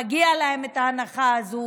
מגיעה להם ההנחה הזו,